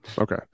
Okay